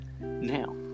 Now